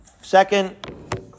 second